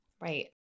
Right